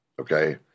okay